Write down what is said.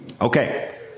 Okay